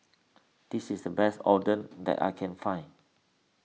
this is the best Oden that I can find